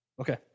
Okay